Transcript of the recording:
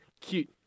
Cute